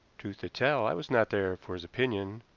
truth to tell, i was not there for his opinion,